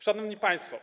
Szanowni Państwo!